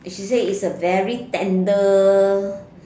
she say is a very tender